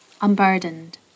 unburdened